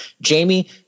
Jamie